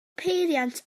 peiriant